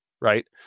right